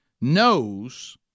knows